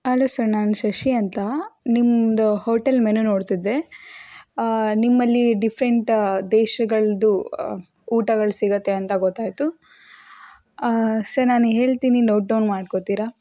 hello sir ನಾನು ಶಶಿ ಅಂತ ನಿಮ್ಮದು ಹೋಟೆಲ್ ಮೆನು ನೋಡ್ತಿದ್ದೆ ನಿಮ್ಮಲ್ಲಿ ಡಿಫ್ರೆಂಟ್ ದೇಶಗಳದ್ದು ಊಟಗಳು ಸಿಗುತ್ತೆ ಅಂತ ಗೊತ್ತಾಯಿತು ಸರ್ ನಾನು ಹೇಳ್ತೀನಿ ನೋಟ್ ಡೌನ್ ಮಾಡ್ಕೊತೀರಾ